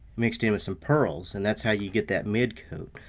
mixed in with some pearls. and that's how you get that midcoat.